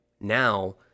Now